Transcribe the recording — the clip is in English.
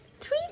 three